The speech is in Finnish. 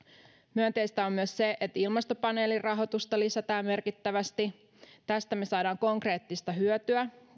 myönteistä on myös se että ilmastopaneelin rahoitusta lisätään merkittävästi tästä me saamme konkreettista hyötyä